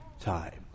time